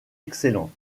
excellent